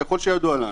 ככל הידוע לנו,